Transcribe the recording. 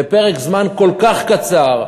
בפרק זמן כל כך קצר,